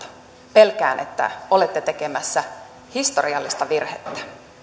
pelkään että olette tekemässä historiallista virhettä